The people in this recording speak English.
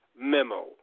memo